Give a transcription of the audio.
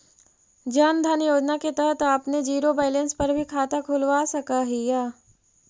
जन धन योजना के तहत आपने जीरो बैलेंस पर भी खाता खुलवा सकऽ हिअ